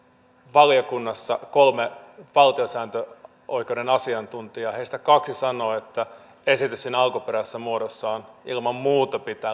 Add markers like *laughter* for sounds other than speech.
valiokunnassa oli kolme valtiosääntöoikeuden asiantuntijaa ja heistä kaksi sanoi että esitys alkuperäisessä muodossaan ilman muuta pitää *unintelligible*